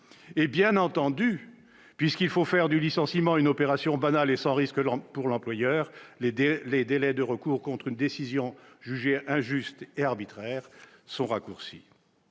bien entendu, puisqu'il faut faire du licenciement une opération banale et sans risque pour l'employeur, les délais de recours contre une décision jugée injuste ou arbitraire sont raccourcis.